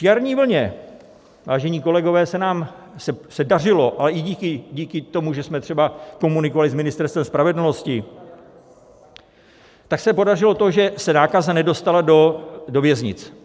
Při jarní vlně, vážení kolegové, se nám dařilo, ale i díky tomu, že jsme třeba komunikovali s Ministerstvem spravedlnosti, tak se podařilo to, že se nákaza nedostala do věznic.